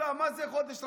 מה זה חודש רמדאן?